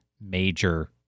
major